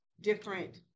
different